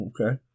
Okay